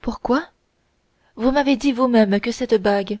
pourquoi vous m'avez dit vous-même que cette bague